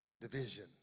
division